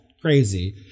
crazy